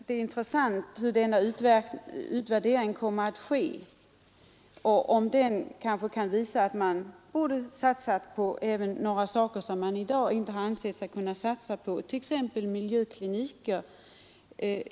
Det intressanta är hur denna utvärdering kommer att göras och om den kan visa att man kanske borde ha satsat även på andra saker, som man i dag inte har ansett sig kunna satsas på, t.ex. miljökliniker.